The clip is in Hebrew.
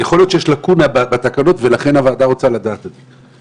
יכול להיות שיש לקונה בתקנות ולכן הוועדה רוצה לדעת את זה.